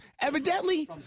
evidently